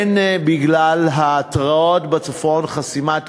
הן בגלל ההתרעות בצפון, חסימת כבישים,